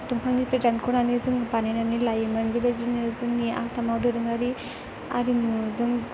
दंफांनिफ्राय दानख'नानै जोङो बानायनानै लायोमोन बेबायदिनो जोंनि आसामाव दोरोङारि आरिमुजों